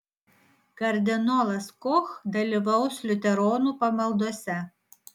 kardinolas koch dalyvaus liuteronų pamaldose